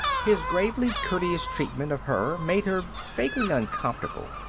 his gravely courteous treatment of her made her vaguely uncomfortable.